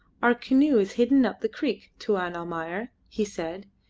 our canoe is hidden up the creek, tuan almayer, he said,